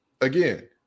again